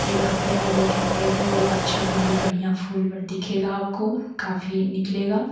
एक हफ़्ते में देखेंगे तो अच्छा कलि फूल दिखेगा आपको काफ़ी निकलेगा